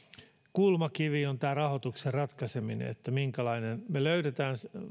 kulmakivi on rahoituksen ratkaiseminen minkälaisen ratkaisun me siihen löydämme